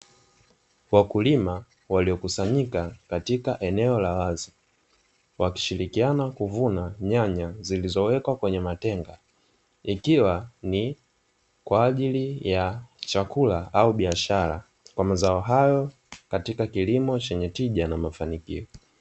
Wakulima waliokusanyika katika eneo la wazi wakishirikiana kuvuna nyanya zilizowekwa kwenye matenga, ikiwa ni kwa ajili ya chakula au biashara kwa mazao hayo katika kilimo chenye tija na mafanikio.